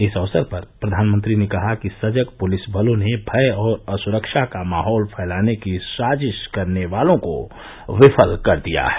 इस अवसर पर प्रधानमंत्री ने कहा कि सजग पुलिसबलों ने भय और असुरक्षा का माहौल फैलाने की साजिश करने वालों को विफल कर दिया है